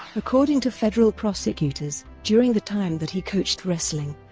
according to federal prosecutors, during the time that he coached wrestling,